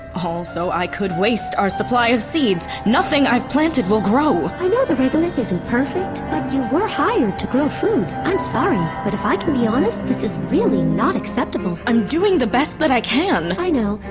all so i could waste our supply of seeds, nothing i've planted will grow! i know the regolith isn't perfect, but you were hired to grow food. i'm sorry, but if i can be honest this is really not acceptable i'm doing the best that i can i know.